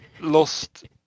lost